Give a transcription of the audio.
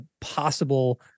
possible